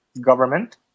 government